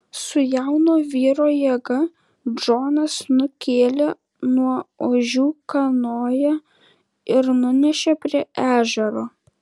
su jauno vyro jėga džonas nukėlė nuo ožių kanoją ir nunešė prie ežero